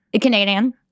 Canadian